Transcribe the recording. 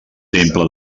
temple